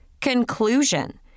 Conclusion